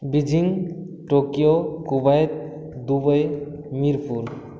Beijing Tokyo Kuwait Dubai Mirpur